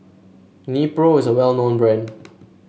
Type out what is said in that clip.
nepro is a well known brand